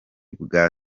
bwa